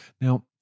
Now